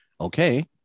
okay